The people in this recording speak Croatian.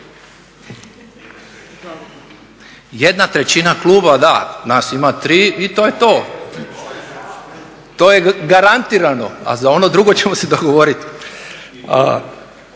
Jedna trećina kluba, da. Nas ima tri i to je to. To je garantirano, a za ono drugo ćemo se dogovoriti.